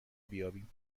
بیابیم